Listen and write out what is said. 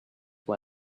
why